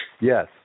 Yes